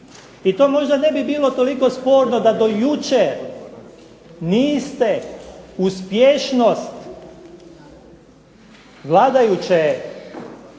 I to možda ne bi bilo toliko sporno da do jučer niste uspješnost vladajuće